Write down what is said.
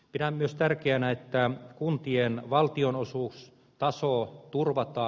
pidän myös tärkeänä että kuntien valtionosuustaso turvataan